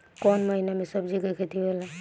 कोउन महीना में सब्जि के खेती होला?